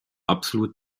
absolut